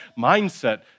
mindset